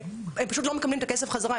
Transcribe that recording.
הם פשוט לא מקבלים את הכסף חזרה.